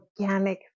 organic